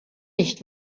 nicht